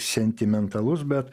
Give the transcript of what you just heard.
sentimentalus bet